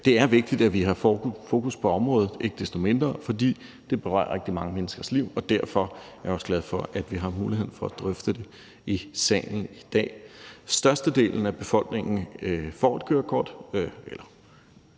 mindre vigtigt, at vi har fokus på området, fordi det berører rigtig mange menneskers liv, og derfor er jeg også glad for, at vi har mulighed for at drøfte det i salen i dag. Størstedelen af befolkningen får kørekort